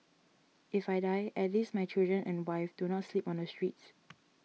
if I die at least my children and wife do not sleep on the streets